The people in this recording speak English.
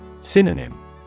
Synonym